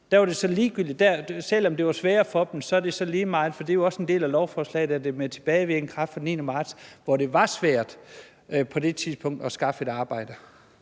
Selv om det var sværere for dem, var det så lige meget. For det er jo også en del af lovforslaget, at det er med tilbagevirkende kraft fra den 9. marts, hvor det på det tidspunkt var svært at skaffe et arbejde.